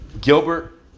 Gilbert